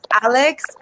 Alex